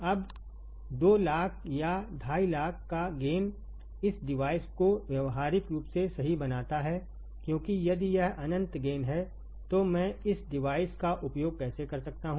अब 200000 या 250000 का एक गेन इस डिवाइस कोव्यावहारिक रूप से सहीबनाता हैक्योंकि यदि यह अनंत गेन है तो मैं इस डिवाइस का उपयोग कैसे कर सकता हूं